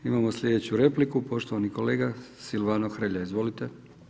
Imamo slijedeću repliku, poštovani kolega Silvano Hrelja, izvolite.